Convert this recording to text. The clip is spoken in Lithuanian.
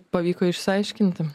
pavyko išsiaiškinti